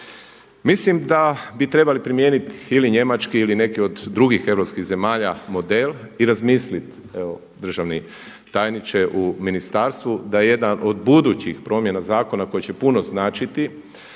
Mislim da bi trebali primijeniti ili njemački ili neki od drugih europskih zemalja model i razmisliti, evo državni tajniče u ministarstvu, da jedna od budućih promjena zakona koja će puno značiti